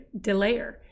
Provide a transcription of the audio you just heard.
delayer